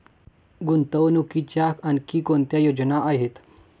गुंतवणुकीच्या आणखी कोणत्या योजना आहेत?